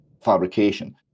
fabrication